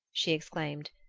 she exclaimed.